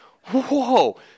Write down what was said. Whoa